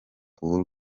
uhuru